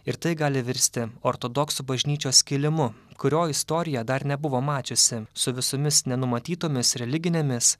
ir tai gali virsti ortodoksų bažnyčios skilimu kurio istorija dar nebuvo mačiusi su visomis nenumatytomis religinėmis